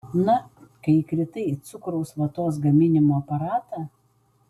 na kai įkritai į cukraus vatos gaminimo aparatą